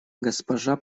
госпожа